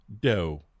dough